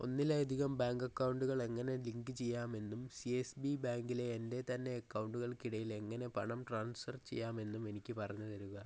ഒന്നിലധികം ബാങ്ക് അക്കൗണ്ടുകൾ എങ്ങനെ ലിങ്ക് ചെയ്യാമെന്നും സി എസ് ബി ബാങ്കിലെ എൻ്റെ തന്നെ അക്കൗണ്ടുകൾക്കിടയിൽ എങ്ങനെ പണം ട്രാൻസ്ഫർ ചെയ്യാമെന്നും എനിക്ക് പറഞ്ഞു തരുക